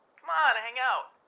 come on and hang out.